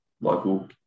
local